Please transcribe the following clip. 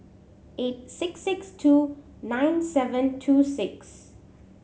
eight six six two nine seven two six